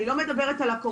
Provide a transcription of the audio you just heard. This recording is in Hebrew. אני לא מדברת על הקורונה,